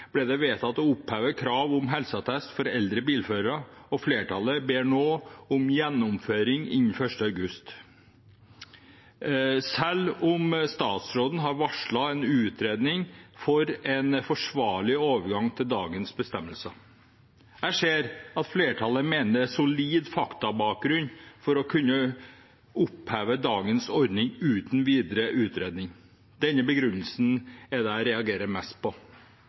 ble det vedtatt å oppheve krav om helseattest for eldre bilførere, og flertallet ber nå om gjennomføring innen 1. august, selv om statsråden har varslet en utredning for en forsvarlig overgang til dagens bestemmelse. Jeg ser at flertallet mener det er solid faktabakgrunn for å kunne oppheve dagens ordning uten videre utredning. Denne begrunnelsen er det jeg reagerer mest på.